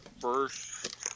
first